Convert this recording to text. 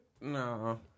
No